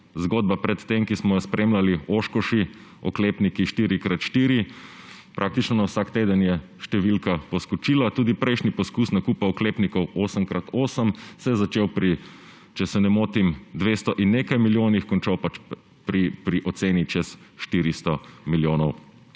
Zgodba pred tem, ki smo jo spremljali, oshkoshi, oklepniki 4x4, praktično vsak teden je številka poskočila. Tudi prejšnji poizkus nakupa oklepnikov 8x8 se je začel, če se ne motim, pri 200 in nekaj milijonih, končal pa pri ceni čez 400 milijonov